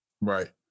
Right